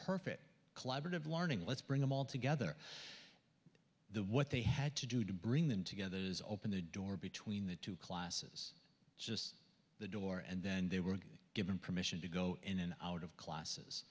perfect collaborative learning let's bring them all together the what they had to do to bring them together was open the door between the two classes just the door and then they were given permission to go in and out of classes